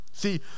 See